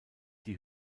die